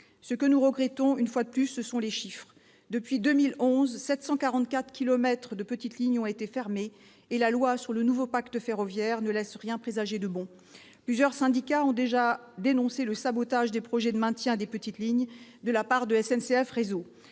Ce que nous regrettons, une fois de plus, ce sont les chiffres. Depuis 2011, quelque 744 kilomètres de petites lignes ont été fermés et la loi pour un nouveau pacte ferroviaire ne laisse rien présager de bon. Plusieurs syndicats ont déjà dénoncé « le sabotage des projets de maintien des petites lignes de la part de SNCF Réseau